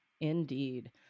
Indeed